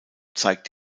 zeigt